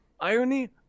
Irony